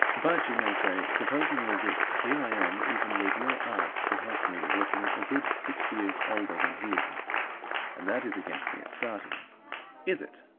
but, you may say, supposing all this, here i am, even with your art to help me, looking a good six years older than he is and that is against me at starting is it?